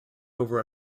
over